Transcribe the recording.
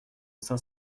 cinq